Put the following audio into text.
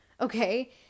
Okay